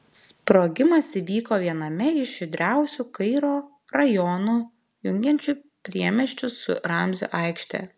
sprogimas įvyko viename iš judriausių kairo rajonų jungiančių priemiesčius su ramzio aikšte